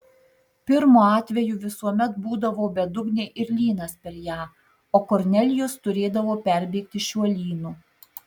pirmu atveju visuomet būdavo bedugnė ir lynas per ją o kornelijus turėdavo perbėgti šiuo lynu